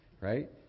right